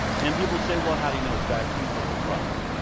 and people say, well, how do you know it's vaccines that're the problem?